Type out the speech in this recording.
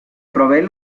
proveen